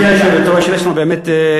אנחנו בעד.